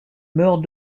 meurt